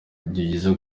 byiza